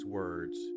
words